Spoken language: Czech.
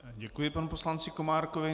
Děkuji panu poslanci Komárkovi.